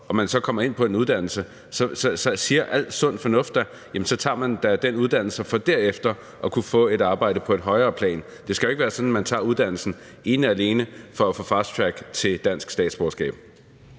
og så kommer ind på en uddannelse, så siger al sund fornuft da, at man tager den uddannelse for derefter at kunne få et arbejde på et højere plan. Det skal jo ikke være sådan, at man tager uddannelsen ene og alene for at få fast track til dansk statsborgerskab.